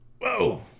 Whoa